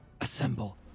Assemble